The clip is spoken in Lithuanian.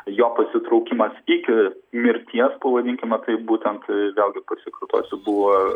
jo pasitraukimas iki mirties pavadinkime taip būtent vėlgi pasikartosiu buvo